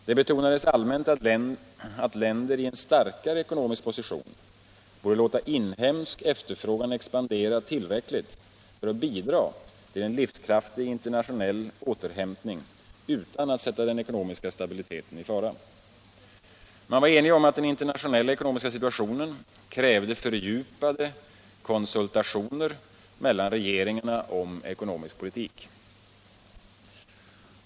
Det betonades allmänt att länder i en starkare ekonomisk position borde låta inhemsk efterfrågan expandera tillräckligt för att bidra till en livskraftig internationell återhämtning utan att sätta den ekonomiska stabiliteten i fara. Man var enig om att den internationella ekonomiska situationen krävde fördjupade konsultationer mellan regeringarna om ekonomisk politik.